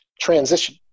transition